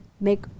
make